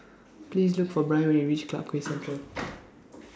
Please Look For Bryn when YOU REACH Clarke Quay Central